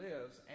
lives